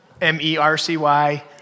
M-E-R-C-Y